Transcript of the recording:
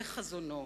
זה חזונו.